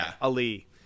Ali